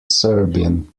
serbian